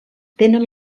tenen